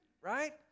Right